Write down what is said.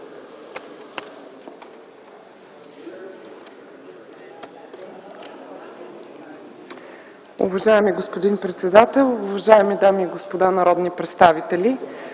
Уважаеми господин председател, уважаеми дами и господа народни представители!